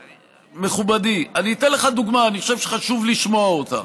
מכובדי, אני חושב שחשוב לשמוע אותה.